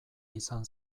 izan